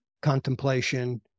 contemplation